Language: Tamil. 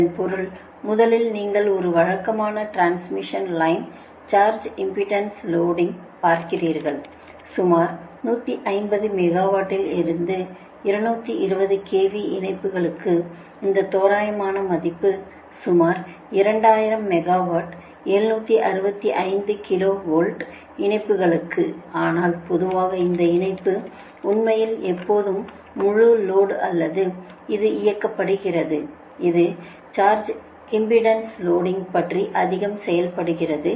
இதன் பொருள் முதலில் நீங்கள் ஒரு வழக்கமான transmission line surge impedance loading பார்க்கிறீர்கள் சுமார் 150 மெகாவாட்டில் இருந்து 220 KV இணைப்புகளுக்கு இந்த தோராயமான மதிப்புகள் சுமார் 2000 மெகாவாட் 765 கிலோ வோல்ட் இணைப்புகளுக்கு ஆனால் பொதுவாக இந்த இணைப்பு உண்மையில் எப்போது முழு லோடு அல்லது இது இயக்கப்படுகிறது இது சர்ஜ் இம்பெடன்ஸ் லோடிங் பற்றி அதிகம் செயல்படுகிறது